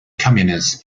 communist